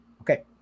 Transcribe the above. okay